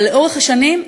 אבל לאורך השנים,